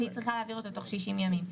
והיא צריכה להעביר אותו תוך 60 ימים.